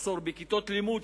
מחסור בכיתות לימוד,